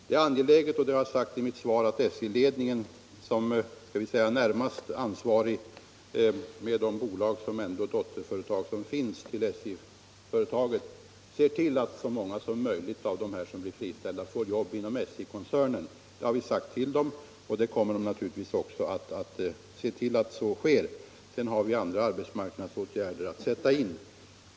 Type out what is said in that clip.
Det är angeläget — och det har jag sagt i mitt svar — att SJ-ledningen, som närmast ansvarig, tillsammans med de bolag som ändå är dotterföretag till SJ ser till att så många som möjligt av dem som blir friställda får jobb inom SJ-koncernen. Det har vi sagt till SJ, och man kommer naturligtvis också att se till att så sker. Sedan har vi andra arbetsmarknadsåtgärder att sätta in.